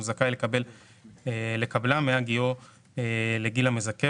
שהוא זכאי לקבלה מהגיעו לגיל המזכה